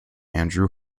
andrew